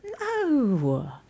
No